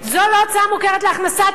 זו לא הוצאה מוכרת למס הכנסה?